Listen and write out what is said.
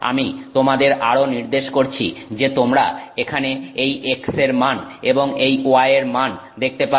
আমি তোমাদের আরও নির্দেশ করছি যে তোমরা এখানে এই x এর মান এবং এই y এর মান দেখতে পারো